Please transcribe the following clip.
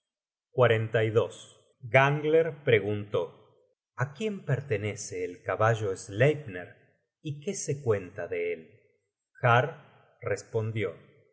escelente de los perros gangler preguntó a quién pertenece el caballo sleipner y qué se cuenta de él har respondió